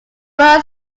road